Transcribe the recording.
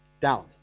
down